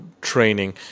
training